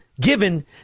given